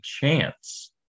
chance